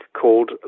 called